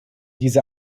diese